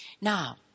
Now